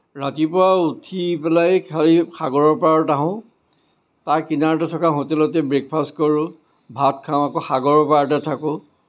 ৰাতিপুৱা উঠি পেলাই খালি সাগৰৰ পাৰত আহোঁ তাৰ কিনাৰতে থকা হোটেলতে ব্ৰেক ফাষ্ট কৰোঁ ভাত খাওঁ আকৌ সাগৰৰ পাৰতে থাকোঁ